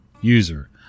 User